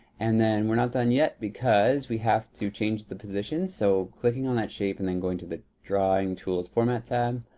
and then we're not done yet because we have to change the position. so, clicking on that shape and then going to the drawing tools format tab.